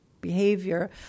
behavior